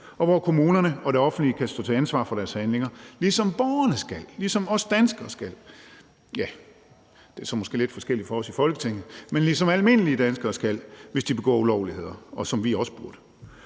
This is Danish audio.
og hvor kommunerne og det offentlige skal stå til ansvar for deres handlinger, ligesom borgerne skal, ligesom vi danskere skal – ja, det er så måske lidt forskelligt i forhold til os i Folketinget, men altså, ligesom almindelige danskere skal, hvis de begår ulovligheder, og som vi også burde